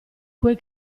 quel